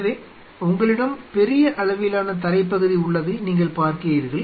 எனவே உங்களிடம் பெரிய அளவிலான தரைப்பகுதி உள்ளதை நீங்கள் பார்க்கிறீர்கள்